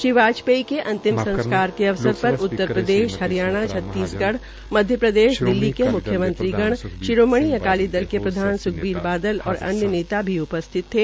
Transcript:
श्री वाजपेयी के अंतिम संस्कार के अवसर पर उत्तरप्रदेश हरियाणा छत्तीसगढ़ मध्यप्रदेश दिल्ली के मुख्यमंत्री शिरोमणि अकाली दल के प्रधान स्खबीर बादल और अन्य नेता भी उपस्थित थे